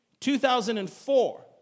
2004